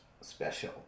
special